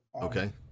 Okay